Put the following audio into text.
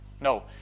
No